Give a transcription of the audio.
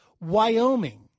Wyoming